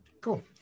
cool